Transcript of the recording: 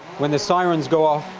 when the sirens go off,